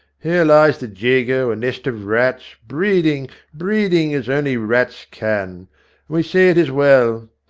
here lies the jago, a nest of rats, breeding, breeding, as only rats can and we say it is well.